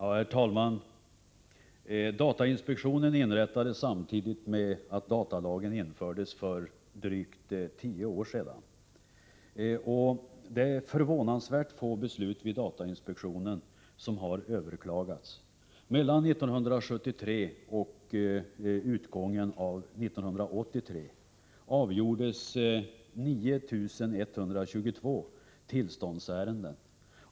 Herr talman! Datainspektionen inrättades samtidigt med att datalagen infördes för drygt tio år sedan. Det är förvånansvärt få beslut av datainspektionen som har överklagats. Mellan åren 1973 och 1983 avgjordes 9 122 tillståndsärenden.